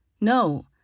No